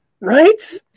Right